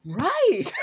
Right